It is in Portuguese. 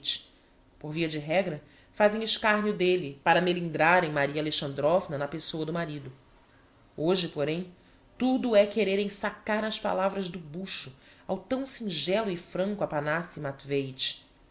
por via de regra fazem escarneo d'elle para melindrarem maria alexandrovna na pessoa do marido hoje porém tudo é quererem sacar as palavras do bucho ao tão singelo e franco